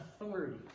authority